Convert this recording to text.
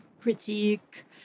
critique